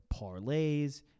parlays